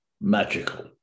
magical